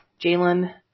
Jalen